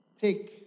take